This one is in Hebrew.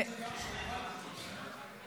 ייאמר לזכותך שאת גם אומרת את זה.